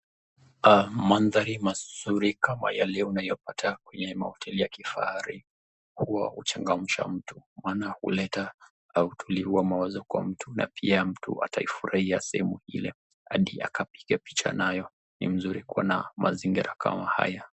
Mandhari mazuri kama yaliyo unayopata kwenye mahoteli ya kifahari kuwa huchangamsha mtu maana huleta utulivu wa mawazo kwa mtu na pia mtu ataifurahia sehemu ile hadi akapiga picha nayo ni mzuri kuwa na mazingira kama haya.